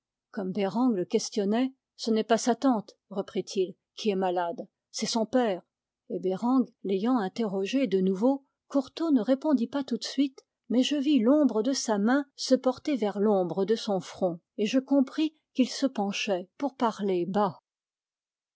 comme bereng le questionnait ce n'est pas sa tante reprit-il qui est malade c'est son père et bereng l'ayant interrogé de nouveau courtot ne répondit pas tout de suite mais je vis l'ombre de sa main se porter vers l'ombre de son front et je compris qu'il se penchait pour parler bas